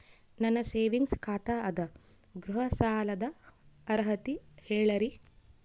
ನನ್ನ ಸೇವಿಂಗ್ಸ್ ಖಾತಾ ಅದ, ಗೃಹ ಸಾಲದ ಅರ್ಹತಿ ಹೇಳರಿ?